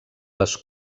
les